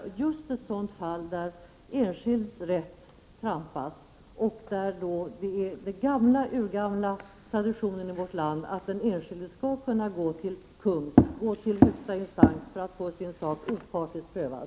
Detta är just ett sådant fall där enskilds rätt trampas och där den urgamla traditionen i vårt land är att den enskilde skall kunna gå till kungs — till högsta instans för att få sin sak prövad.